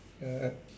ya